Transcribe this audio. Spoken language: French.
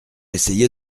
essayé